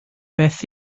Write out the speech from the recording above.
beth